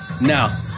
Now